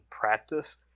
practice